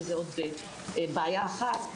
שזה עוד בעיה אחת,